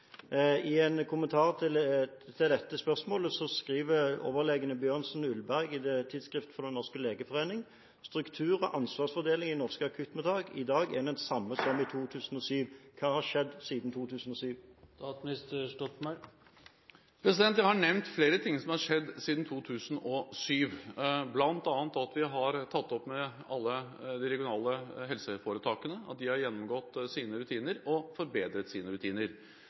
I en kommentar til dette spørsmålet skriver overlegene Bjørnsen og Uleberg i Tidsskrift for Den norske legeforening: «Struktur og ansvarsfordeling i norske akuttmottak er i dag den samme som i 2007.» Hva har skjedd siden 2007? Jeg har nevnt flere ting som har skjedd siden 2007, bl.a. at vi har tatt dette opp med alle de regionale helseforetakene, at de har gjennomgått sine rutiner og forbedret sine rutiner.